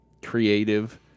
creative